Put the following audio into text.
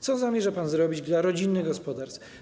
Co zamierza pan zrobić dla rodzinnych gospodarstw?